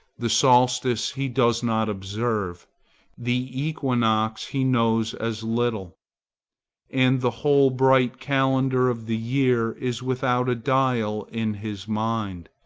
the solstice he does not observe the equinox he knows as little and the whole bright calendar of the year is without a dial in his mind.